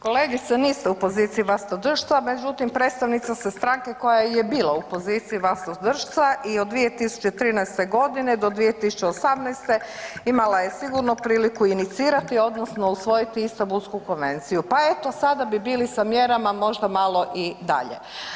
Kolegice niste u poziciji vlastodršca međutim predstavnica ste stranke koja je bila u poziciji vlastodršca i od 2013. godine do 2018. imala je sigurno priliku inicirati odnosno usvojiti Istambulsku konvenciju pa eto sada bi bili sa mjerama možda malo i dalje.